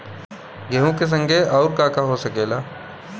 गेहूँ के संगे आऊर का का हो सकेला?